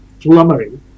flummery